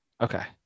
Okay